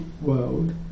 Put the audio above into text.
world